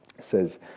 says